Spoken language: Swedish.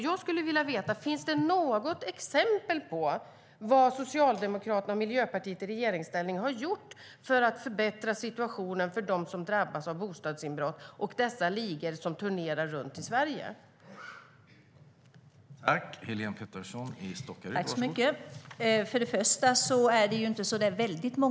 Jag skulle vilja veta om det finns något exempel på vad Socialdemokraterna och Miljöpartiet i regeringsställning har gjort för att förbättra situationen för dem som drabbats av bostadsinbrott av de ligor som turnerar runt om i Sverige.